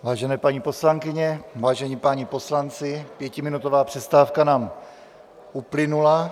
Vážené paní poslankyně, vážení páni poslanci, pětiminutová přestávka nám uplynula.